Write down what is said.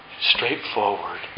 Straightforward